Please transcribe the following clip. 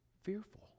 Fearful